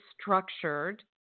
structured